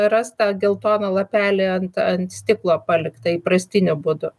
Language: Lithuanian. ras tą geltoną lapelį ant ant stiklo paliktą įprastiniu būdu